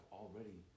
already